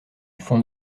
fond